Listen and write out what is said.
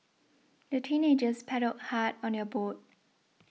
the teenagers paddled hard on their boat